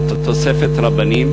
על תוספת רבנים,